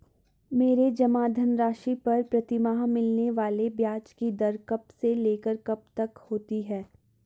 मेरे जमा धन राशि पर प्रतिमाह मिलने वाले ब्याज की दर कब से लेकर कब तक होती है?